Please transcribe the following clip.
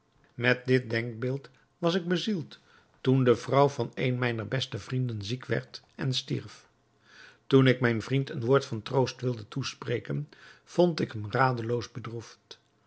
met dit denkbeeld was ik bezield toen de vrouw van een mijner beste vrienden ziek werd en stierf toen ik mijn vriend een woord van troost wilde toespreken vond ik hem radeloos bedroefd